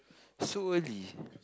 so early